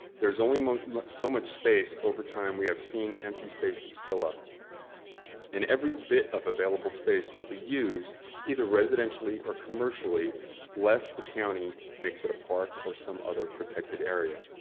there's only so much space. over time, we have seen empty spaces fill up and every bit of available space will be used either residentially or commercially lest the county makes it a park or some other protected area.